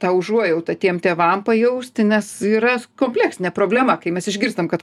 tą užuojautą tiem tėvam pajausti nes yra kompleksinė problema kai mes išgirstam kad